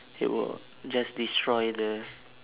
it will just destroy the